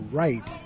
right